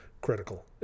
critical